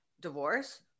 divorce